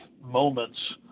moments